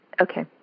Okay